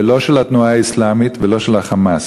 ולא של התנועה האסלאמית ולא של ה"חמאס".